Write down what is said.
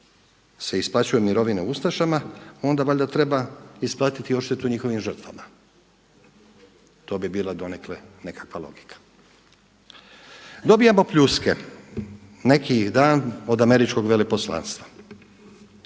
se isplaćuju mirovine ustašama, onda valjda treba isplatiti i odštetu njihovim žrtvama. To bi bila donekle nekakva logika. Dobivamo pljuske, neki dan od Američkog veleposlanstva.